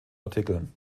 artikeln